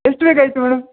ಎಷ್ಟು ಬೇಕಾಗಿತ್ತು ಮೇಡಮ್